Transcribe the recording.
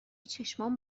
چشمام